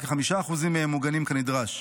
רק כ-5% מהם מוגנים כנדרש.